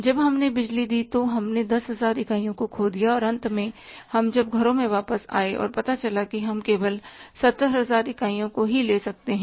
जब हमने बिजली दी तो हमने 10000 इकाइयों को खो दिया और अंत में हम जब घरों में वापस आए पता चला कि हम केवल 70000 इकाइयों को ही ले सकते हैं